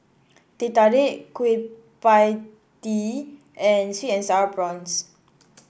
Teh Tarik Kueh Pie Tee and sweet and sour prawns